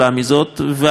ואני מציע